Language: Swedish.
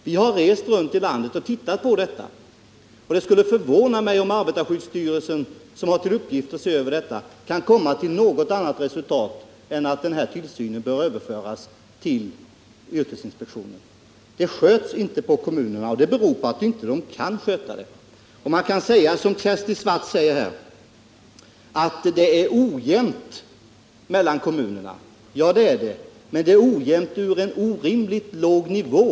Vi har rest runt i landet och tittat på förhållandena, och det skulle förvåna mig om arbetarskyddsstyrelsen, som har till uppgift att bevaka arbetsmiljön, kommer till något annat resultat än det att tillsynen bör överföras till yrkesinspektionen. Kommunerna sköter den inte, och det beror på att de inte kan sköta den. Man kan säga som Kersti Swartz att det är ojämnt mellan kommunerna. Ja, det är det, men det är ojämnt från en orimligt låg nivå.